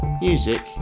Music